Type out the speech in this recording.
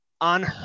on